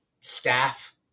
staff